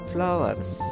Flowers